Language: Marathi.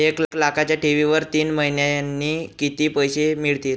एक लाखाच्या ठेवीवर तीन महिन्यांनी किती पैसे मिळतील?